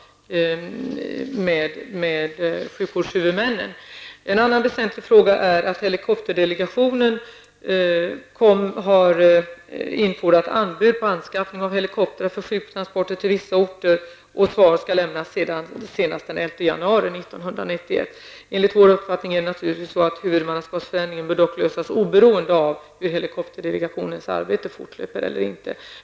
En annan väsentlig sak är att helikopterdelegationen har infordrat anbud på anskaffning av helikoptrar för sjuktransporter till vissa orter. Svar skall lämnas senast den 11 januari 1991. Enligt vår uppfattning bör huvudmannaskapsfrågan naturligtvis lösas oberoende av hur helikopterdelegationens arbete fortsätter.